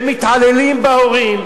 ומתעללים בהורים,